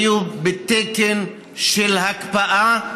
הם היו בתקן של הקפאה,